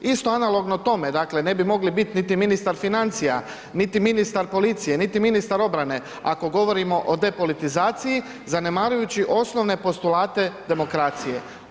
Iste analogno tome ne bi mogli biti niti ministar financija, niti ministar policije, niti ministar obrane ako govorimo o depolitizaciji zanemarujući osnovne postulate demokracije?